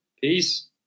Peace